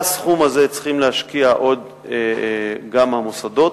כסכום הזה צריכים להשקיע עוד גם המוסדות,